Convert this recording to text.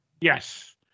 Yes